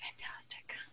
fantastic